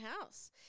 house